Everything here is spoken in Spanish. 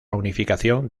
unificación